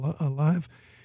alive